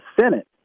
Senate